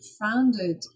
founded